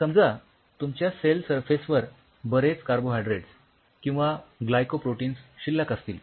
समजा तुमच्या cell surface वर बरेच कार्बोहायड्रेट्स किंवा ग्लायकोप्रोटिन्स शिल्लक असतील